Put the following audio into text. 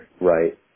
right